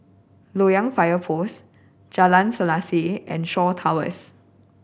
Loyang Fire Post Jalan Selaseh and Shaw Towers